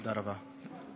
תודה רבה.